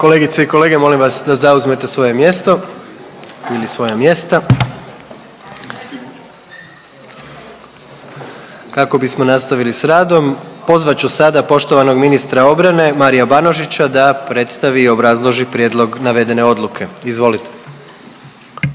Kolegice i kolege, molim vas da zauzmete svoje mjesto ili svoja mjesta kako bismo nastavili s radom. Pozvat ću sada poštovanog ministra obrane Marija Banožića da predstavi i obrazloži prijedlog navedene odluke. Izvolite.